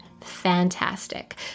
fantastic